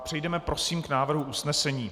Přejdeme prosím k návrhu usnesení.